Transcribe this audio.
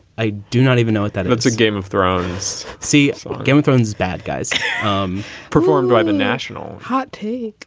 i do not even know that if it's a game of thrones, see so game of thrones, bad guys um performed by the national hot t